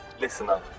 listener